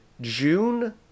June